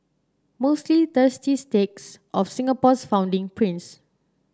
mostly thirsty takes of Singapore's founding prince